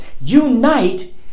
unite